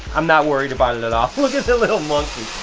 i'm not worried about it at all. look at the little monkey.